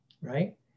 Right